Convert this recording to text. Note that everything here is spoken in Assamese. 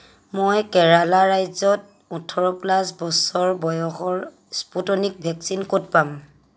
মই কেৰালা ৰাজ্যত ওঠৰ প্লাছ বছৰ বয়সৰ স্পুটনিক ভেকচিন ক'ত পাম